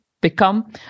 become